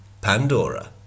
Pandora